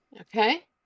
Okay